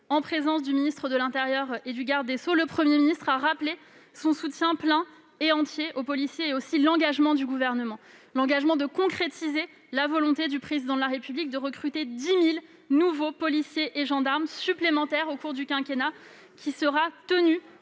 en présence du ministre de l'intérieur et du garde des sceaux, le Premier ministre a rappelé son soutien plein et entier aux policiers. Il a également réaffirmé l'engagement du Gouvernement à concrétiser la volonté du Président de la République de recruter 10 000 policiers et gendarmes supplémentaires au cours du quinquennat. Cet